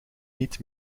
niet